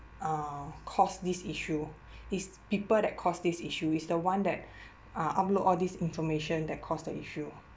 uh cause this issue is people that cause this issue is the one that uh upload all these information that caused the issue